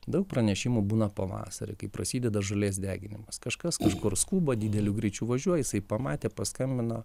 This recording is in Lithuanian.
daug pranešimų būna pavasarį kai prasideda žolės deginimas kažkas kažkur skuba dideliu greičiu važiuoja jisai pamatė paskambino